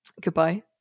Goodbye